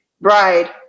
bride